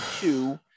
two